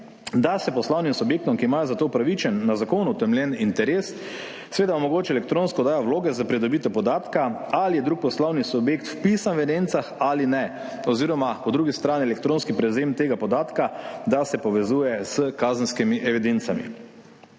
da se poslovnim subjektom, ki imajo za to upravičen, z zakonom utemeljen interes, omogoča elektronska oddaja vloge za pridobitev podatka, ali je drug poslovni subjekt vpisan v evidencah ali ne, oziroma po drugi strani elektronski prevzem tega podatka, da se povezuje s kazenskimi evidencami.